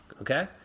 Okay